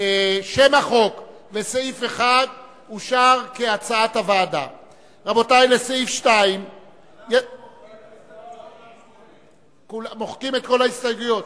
עד 8. מוחקים את כל ההסתייגויות.